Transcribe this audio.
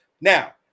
Now